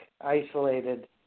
Isolated